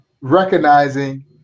recognizing